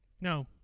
No